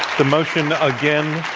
the motion, again,